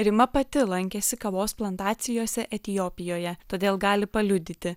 rima pati lankėsi kavos plantacijose etiopijoje todėl gali paliudyti